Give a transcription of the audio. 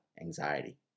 anxiety